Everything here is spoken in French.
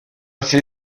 ses